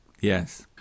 yes